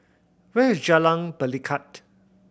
where is Jalan Pelikat